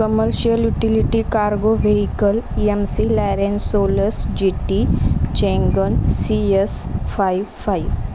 commercial utility cargo vehicle McLaren Solus G T Changan C S five five